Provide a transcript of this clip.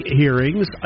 hearings